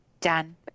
Done